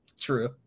True